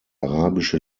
arabische